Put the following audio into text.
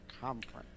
conference